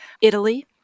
Italy